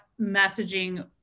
messaging